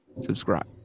subscribe